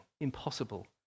impossible